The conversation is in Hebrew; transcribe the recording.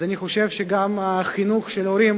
אני חושב שגם חינוך של ההורים